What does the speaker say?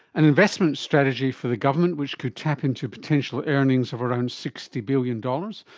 an investment strategy for the government which could tap into potential earnings of around sixty billion dollars.